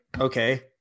okay